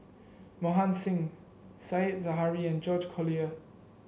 Mohan Singh Said Zahari and George Collyer